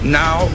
now